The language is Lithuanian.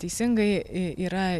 teisingai y yra